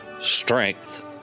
strength